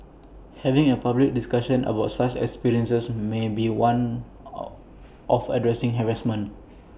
having A public discussion about such experiences may be one of addressing harassment